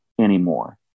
anymore